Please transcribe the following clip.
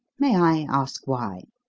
may i ask why?